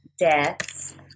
deaths